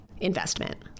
investment